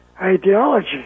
ideology